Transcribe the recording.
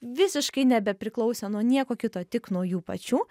visiškai nebepriklausė nuo nieko kito tik nuo jų pačių